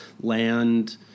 land